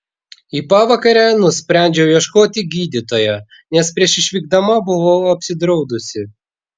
į pavakarę nusprendžiau ieškoti gydytojo nes prieš išvykdama buvau apsidraudusi